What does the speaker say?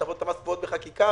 הטבות המס קבועות בחקיקה.